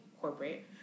corporate